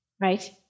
right